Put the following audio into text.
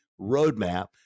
roadmap